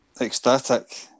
ecstatic